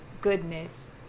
goodness